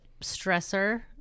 stressor